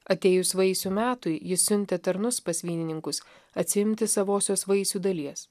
atėjus vaisių metui jis siuntė tarnus pas vynininkus atsiimti savosios vaisių dalies